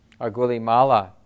Agulimala